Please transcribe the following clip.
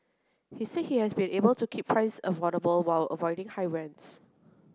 he said he has been able to keep price affordable while avoiding high rents